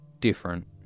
different